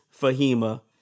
Fahima